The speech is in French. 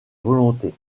volonté